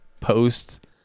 post